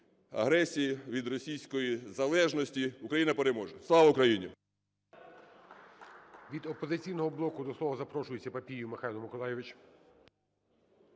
агресії, від російської залежності. Україна переможе! Слава Україні!